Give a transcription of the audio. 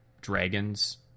dragons